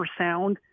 ultrasound